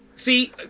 See